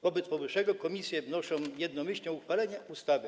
Wobec powyższego komisje wnoszą jednomyślnie o uchwalenie ustawy.